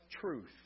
truth